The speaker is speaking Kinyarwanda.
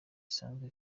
isanzwe